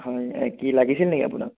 হয় কি লাগিছিল নেকি আপোনাক